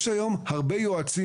יש היום הרבה יועצים.